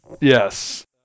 Yes